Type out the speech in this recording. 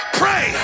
pray